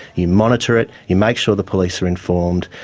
you monitor it, you make sure the police are informed,